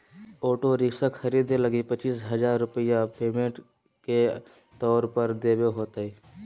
auto rickshaw खरीदे लगी पचीस हजार रूपया पेमेंट के तौर पर देवे होतय